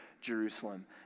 Jerusalem